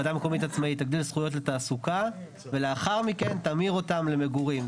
ועדה מקומית עצמאית תגדיל זכויות לתעסוקה ולאחר מכן תמיר אותן למגורים,